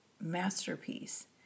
masterpiece